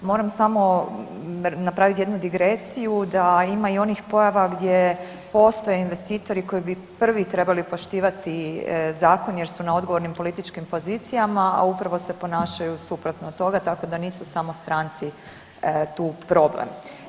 Moram samo napraviti jednu digresiju da ima i onih pojava gdje postoje investitori koji bi prvi trebali poštivati zakon jer su na odgovornim političkim pozicijama, a upravo se ponašaju suprotno od toga tako da nisu samo stranci tu problem.